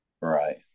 Right